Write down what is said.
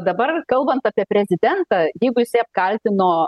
dabar kalbant apie prezidentą jeigu jisai apkaltino